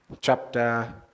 chapter